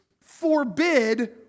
forbid